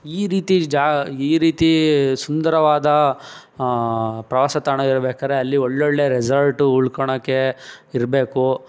ಈ ರೀತಿ ಜಾ ಈ ರೀತಿ ಸುಂದರವಾದ ಪ್ರವಾಸ ತಾಣ ಇರ್ಬೇಕಾದ್ರೆ ಅಲ್ಲಿ ಒಳ್ಳೊಳ್ಳೆಯ ರೆಸಾರ್ಟು ಉಳ್ಕೊಳಕೆ ಇರಬೇಕು